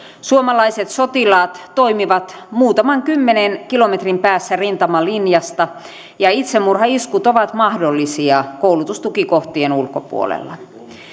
suomalaiset sotilaat toimivat muutaman kymmenen kilometrin päässä rintamalinjasta ja itsemurhaiskut ovat mahdollisia koulutustukikohtien ulkopuolella